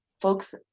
folks